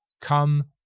come